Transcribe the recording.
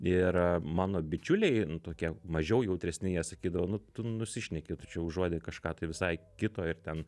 ir mano bičiuliai nu tokie mažiau jautresni jie sakydavo nu tu nusišneki čia užuodi kažką tai visai kito ir ten